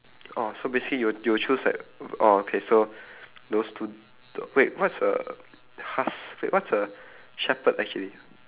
orh so basically you will you will choose like err orh okay so those two wait what's a husk~ wait what's a shepherd actually